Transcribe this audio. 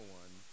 one